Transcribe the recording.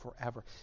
forever